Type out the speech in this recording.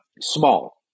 Small